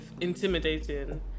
intimidating